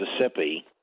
Mississippi